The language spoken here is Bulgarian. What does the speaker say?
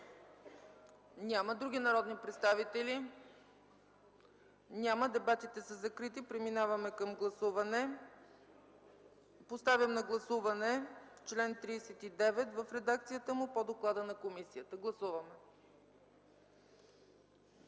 Няма. Други народни представители? Няма. Дебатите са закрити. Преминаваме към гласуване. Поставям на гласуване редакцията на чл. 39 в редакцията му по доклада на комисията. Гласували